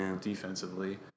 defensively